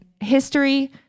history